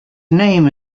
name